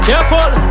Careful